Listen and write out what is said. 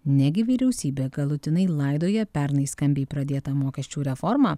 negi vyriausybė galutinai laidoja pernai skambiai pradėtą mokesčių reformą